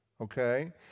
okay